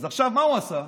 אז עכשיו מה הוא עשה?